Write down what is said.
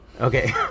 Okay